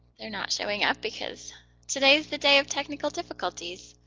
they're not showing up because today's the day of technical difficulties.